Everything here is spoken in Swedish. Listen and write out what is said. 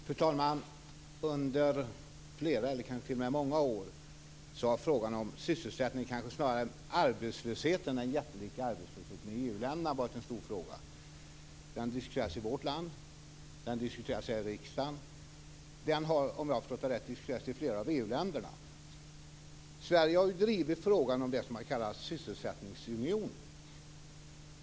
Fru talman! Under många år har frågan om sysselsättningen snarare än frågan om den jättelika arbetslösheten i EU-länderna varit stor. Den diskuteras i vårt land, den diskuteras här i riksdagen och den har, om jag har förstått det rätt, diskuterats i flera EU Sverige har ju drivit frågan om något som har kallats en sysselsättningsunion.